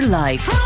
life